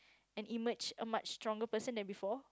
and emerged a much stronger person than before